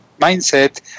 mindset